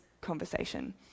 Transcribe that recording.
conversation